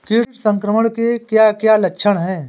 कीट संक्रमण के क्या क्या लक्षण हैं?